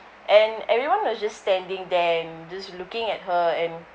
and everyone was just standing then just looking at her and